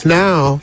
now